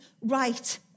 right